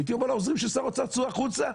הייתי אומר לעוזרים של שר האוצר: צאו החוצה.